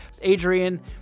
Adrian